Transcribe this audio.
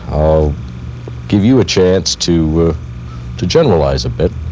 i'll give you a chance to to generalize a bit,